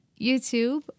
YouTube